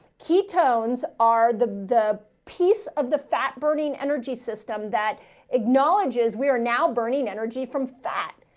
ketones are the, the piece of the fat burning energy system that acknowledges we are now burning energy from fat.